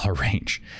range